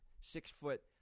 Six-foot